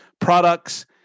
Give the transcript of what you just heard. products